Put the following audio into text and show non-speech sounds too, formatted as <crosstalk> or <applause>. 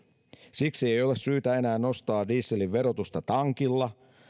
siksi ei ole syytä enää nostaa dieselin verotusta tankilla <unintelligible>